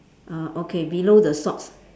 uh okay below the socks